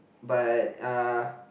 but uh